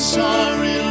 sorry